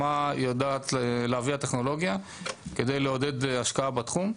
מה יודעת להביא הטכנולוגיה כדי לעודד השקעה בתחום,